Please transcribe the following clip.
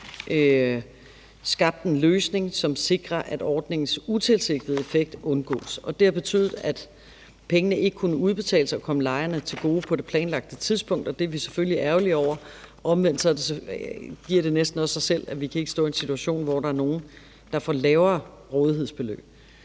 skabt en løsning, som sikrer, at ordningens utilsigtede effekt undgås. Det har betydet, at pengene ikke kunne udbetales og komme lejerne til gode på det planlagte tidspunkt, og det er vi selvfølgelig ærgerlige over. Omvendt giver det næsten også sig selv, at vi ikke kan stå i en situation, hvor der er nogen, der får et lavere rådighedsbeløb.